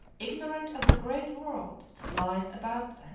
ignorant of the great world that lies about